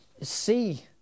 see